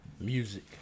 music